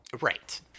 Right